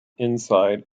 inside